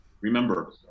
remember